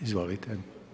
Izvolite.